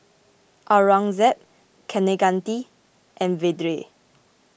Aurangzeb Kaneganti and Vedre